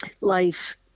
life